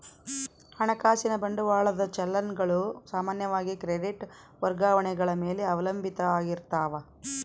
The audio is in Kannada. ಹಣಕಾಸಿನ ಬಂಡವಾಳದ ಚಲನ್ ಗಳು ಸಾಮಾನ್ಯವಾಗಿ ಕ್ರೆಡಿಟ್ ವರ್ಗಾವಣೆಗಳ ಮೇಲೆ ಅವಲಂಬಿತ ಆಗಿರ್ತಾವ